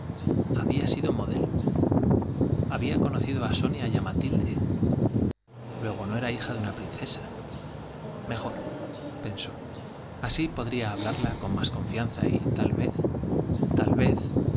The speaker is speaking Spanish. había sido modelo había conocido á sonia y á matilde me luego no era hija de una princesa jor pensó así podría hablarla con más confianza y tal vez tal vez